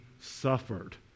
suffered